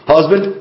Husband